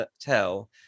tell